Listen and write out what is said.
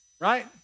right